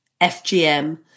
FGM